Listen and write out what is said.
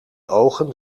ogen